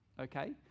okay